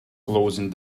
closing